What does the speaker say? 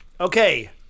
okay